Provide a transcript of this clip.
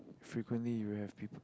frequently you have peep